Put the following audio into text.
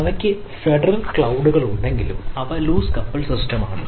അവയ്ക്ക് ഫെഡറൽ ക്ളൌഡ്കളുണ്ടെങ്കിലും അവ ലൂസ് കപ്പിൾ സിസ്റ്റമാണ്